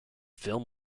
film